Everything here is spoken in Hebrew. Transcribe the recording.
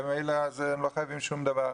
לא חייבים להם שום דבר.